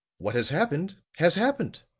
what has happened, has happened.